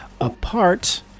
Apart